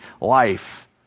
life